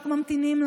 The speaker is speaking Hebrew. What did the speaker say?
רק ממתינים,